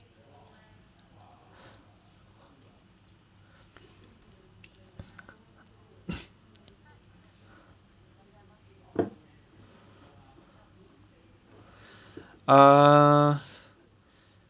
err